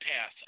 path